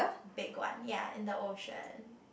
big one ya in the ocean